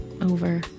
over